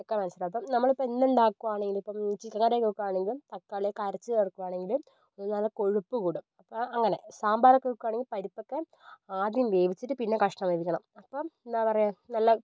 ഒക്കെ മനസ്സിലാവും നമ്മളിപ്പോൾ എന്തുണ്ടാക്കുവാണെങ്കിൽ ഇപ്പം ചിക്കൻ കറി വയ്ക്കുകയാണെങ്കിൽ തക്കാളിയൊക്കെ അരച്ച് ചേർക്കുകാണെങ്കിൽ അതിന് നല്ല കൊഴുപ്പ് കൂടും ആ അങ്ങനെ സാമ്പാറൊക്കെ വയ്ക്കുകയാണെങ്കിൽ പരിപ്പൊക്കെ ആദ്യം വേവിച്ചിട്ട് പിന്നെ കഷ്ണം വേവിക്കണം അപ്പം എന്താ പറയുക നല്ല